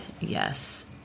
Yes